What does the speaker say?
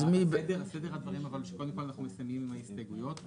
קודם כל, אנחנו מסיימים עם ההסתייגויות.